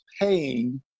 paying